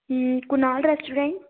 Kunal restaurant